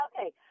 Okay